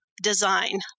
design